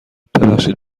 ببخشید